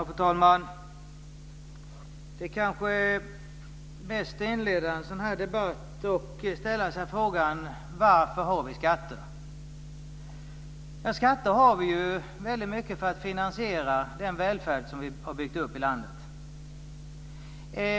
Fru talman! Det kanske är bäst att inleda en sådan här debatt med att ställa sig frågan varför vi har skatter. Skatter har vi mycket för att finansiera den välfärd vi har byggt upp i landet.